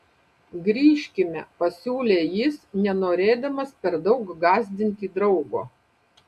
grįžkime pasiūlė jis nenorėdamas per daug gąsdinti draugo